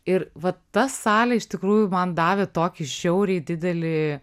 ir va ta salė iš tikrųjų man davė tokį žiauriai didelį